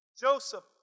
Joseph